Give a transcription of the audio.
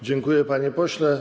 Dziękuję, panie pośle.